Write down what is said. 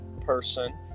person